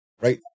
right